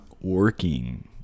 working